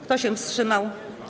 Kto się wstrzymał?